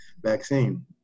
vaccine